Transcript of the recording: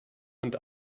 und